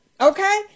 okay